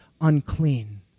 unclean